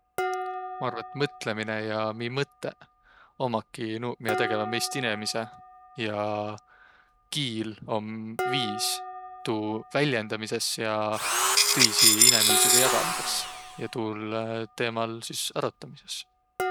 Maq arva, et mõtlemine ja miiq mõttõq ummakiq nuuq miä tegeväq meist inemis. Ja kiil om viis tuu väljendamises ja tõisi inemiisiga jagamises ja tuul teemal sis arotamises.